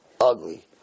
ugly